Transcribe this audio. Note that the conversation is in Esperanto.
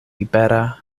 libera